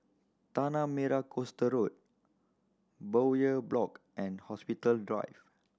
Tanah Merah Coast Road Bowyer Block and Hospital Drive